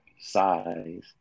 size